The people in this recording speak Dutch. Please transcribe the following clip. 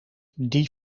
die